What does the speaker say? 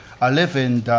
i live in